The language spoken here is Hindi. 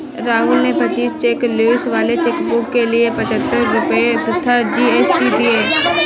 राहुल ने पच्चीस चेक लीव्स वाले चेकबुक के लिए पच्छत्तर रुपये तथा जी.एस.टी दिए